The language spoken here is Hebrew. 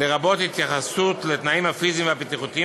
לרבות התייחסות לתנאים הפיזיים והבטיחותיים